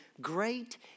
great